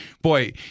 boy